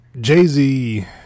Jay-Z